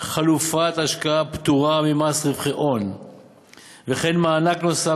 חלופת השקעה פטורה ממס רווחי הון וכן מענק נוסף,